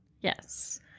yes